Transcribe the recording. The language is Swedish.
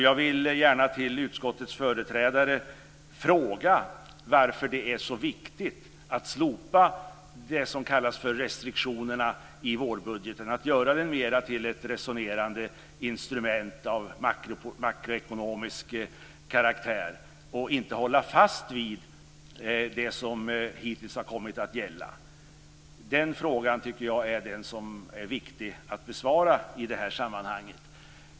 Jag vill gärna fråga utskottets företrädare varför det är så viktigt att slopa det som kallas för restriktionerna i vårbudgeten, att göra den mera till ett resonerande instrument av makroekonomisk karaktär och att inte hålla fast vid det som hittills har kommit att gälla. Den frågan tycker jag är viktig att besvara i det här sammanhanget.